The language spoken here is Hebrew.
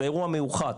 זה אירוע מיוחד,